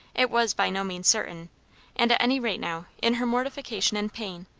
it was by no means certain and at any rate now, in her mortification and pain,